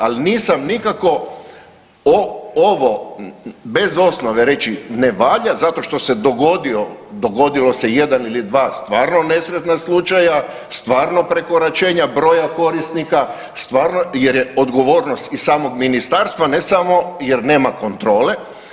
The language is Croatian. Ali nisam nikako ovo bez osnove reći ne valja zato što se dogodio, dogodio se jedan ili dva stvarno nesretna slučaja, stvarno prekoračenja broja korisnika, stvarno jer je odgovornost i samog ministarstva ne samo jer nema kontrole.